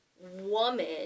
woman